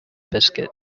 biscuit